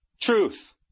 truth